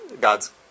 God's